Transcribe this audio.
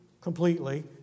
completely